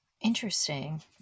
Interesting